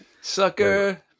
sucker